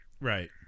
Right